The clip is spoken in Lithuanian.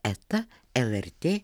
eta lrt